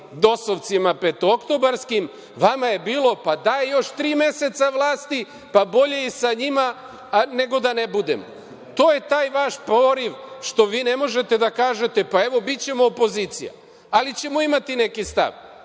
dosovcima petooktobarskim. Vama je bilo, pa daj još tri meseca vlasti, pa bolje i sa njima nego da ne budemo. To je taj vaš poriv što vi ne možete da kažete - pa evo bićemo opozicija, ali ćemo imati neki stav